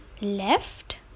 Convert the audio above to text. Left